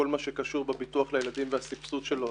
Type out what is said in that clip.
כל מה שקשור בביטוח לילדים והסבסוד שלו,